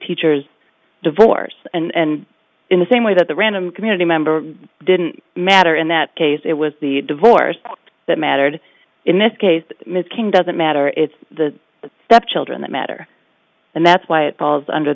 teacher's divorce and in the same way that the random community member didn't matter in that case it was the divorce that mattered in this case ms king doesn't matter it's the stepchildren that matter and that's why it falls under